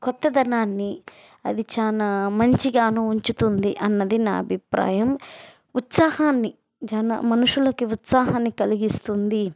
కొత్తదనాన్ని అది చాలా మంచిగానూ ఉంచుతుంది అన్నది నా అభిప్రాయం ఉత్సాహాన్ని జనా మనుషులకి ఉత్సాహాన్ని కలిగిస్తుంది